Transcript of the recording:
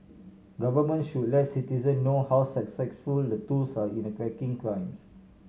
government should let citizen know how successful the tools are in a cracking crimes